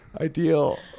ideal